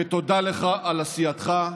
ותודה לך על עשייתך.